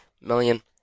million